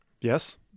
Yes